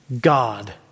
God